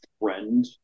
friend